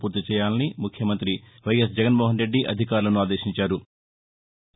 పూర్తిచేయాలని ముఖ్యమంత్రి వైఎస్ జగన్మోహన్ రెడ్డి అధికారులను ఆదేశించారు